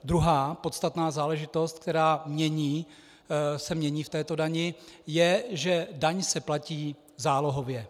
Druhá podstatná záležitost, která se mění v této dani, je že daň se platí zálohově.